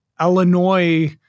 Illinois